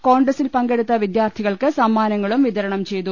കോൺഗ്രസിൽ പങ്കെടുത്ത വിദ്യാർഥികൾക്ക് സമ്മാനങ്ങളും വിതരണം ചെയ്തു